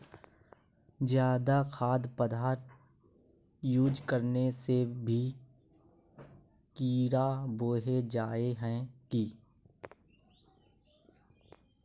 ज्यादा खाद पदार्थ यूज करना से भी कीड़ा होबे जाए है की?